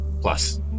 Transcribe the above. plus